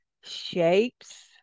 shapes